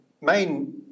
main